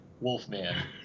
Wolfman